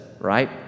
right